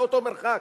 זה אותו מרחק.